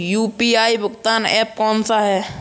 UPI भुगतान app कौन सा है?